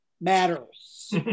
matters